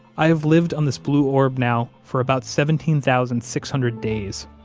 i have lived on this blue orb now for about seventeen thousand six hundred days,